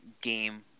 game